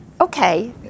Okay